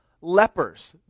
Lepers